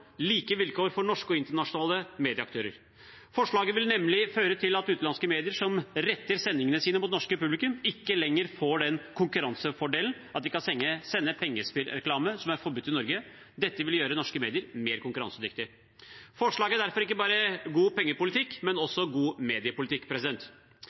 like vilkår for norske og internasjonale medieaktører. Forslaget vil nemlig føre til at utenlandske medier som retter sendingene sine mot et norsk publikum, ikke lenger får den konkurransefordelen at de kan sende pengespillreklame som er forbudt i Norge. Dette vil gjøre norske medier mer konkurransedyktige. Forslaget er derfor ikke bare god pengespillpolitikk, men